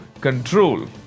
control